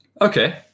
Okay